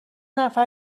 نفر